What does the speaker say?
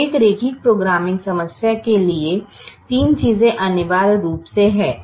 तो एक रैखिक प्रोग्रामिंग समस्या के लिए तीन चीजें अनिवार्य रूप से हैं